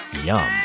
Yum